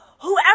Whoever